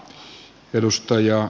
arvoisa puhemies